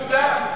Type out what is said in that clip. זו עובדה.